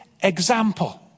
example